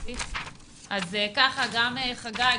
גם חגי,